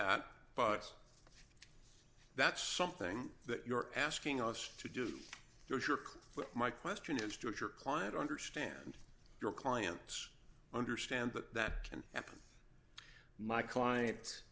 that but that's something that you're asking us to do you're clear my question is to your client understand your clients understand that that can happen my clients